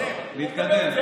להתקדם.